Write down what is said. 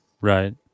Right